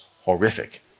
horrific